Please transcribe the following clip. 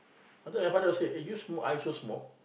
after that my father say eh you smoke I also smoke